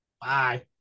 Bye